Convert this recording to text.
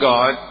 God